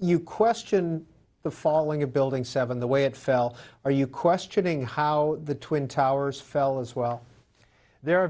you question the falling of building seven the way it fell are you questioning how the twin towers fell as well there are